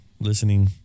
listening